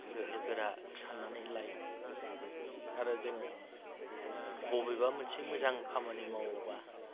गोहो गोरा साननानै लायो आरो जोङो बबेबा मोनसे मोजां खामानि मावोबा